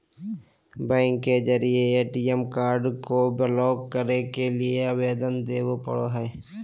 bank के जरिए ATM card को ब्लॉक करे के लिए आवेदन देबे पड़ो हइ